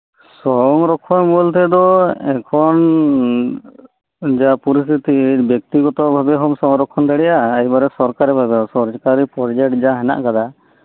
ᱥᱚᱝᱨᱚᱠᱷᱚᱱ ᱵᱚᱞᱛᱮᱫᱚ ᱮᱠᱷᱚᱱ ᱡᱟ ᱯᱚᱨᱤᱥᱛᱮᱛᱤ ᱵᱮᱠᱛᱤ ᱜᱚᱛᱚ ᱵᱷᱟᱵᱮᱦᱚᱢ ᱥᱚᱝᱨᱚᱠᱷᱚᱱ ᱫᱟᱲᱤᱭᱟᱜ ᱟ ᱟᱵᱟᱨ ᱥᱚᱨᱠᱟᱨᱤ ᱵᱷᱟᱵᱮ ᱦᱚᱸ ᱥᱚᱨᱠᱟᱨᱤ ᱯᱨᱚᱡᱮᱴ ᱡᱟ ᱦᱮᱱᱟᱜ ᱟᱠᱟᱫᱟ